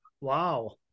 Wow